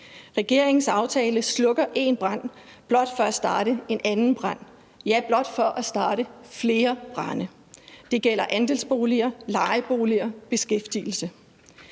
Regeringens aftale slukker en brand blot for at starte en anden brand – ja, blot for at starte flere brande. Det gælder andelsboliger, lejeboliger og beskæftigelse.